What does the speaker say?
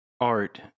Art